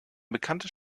bekanntes